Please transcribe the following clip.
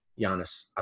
Giannis